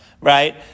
Right